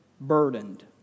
burdened